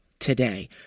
Today